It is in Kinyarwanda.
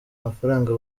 amafaranga